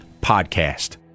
podcast